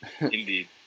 Indeed